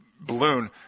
balloon